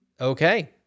Okay